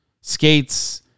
Skates